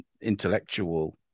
intellectual